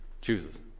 chooses